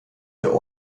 der